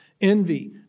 envy